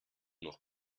noch